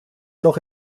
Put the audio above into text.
loch